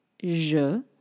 Je